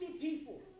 people